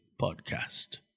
podcast